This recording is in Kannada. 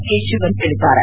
ಕೆ ಶಿವನ್ ಹೇಳಿದ್ದಾರೆ